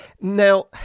now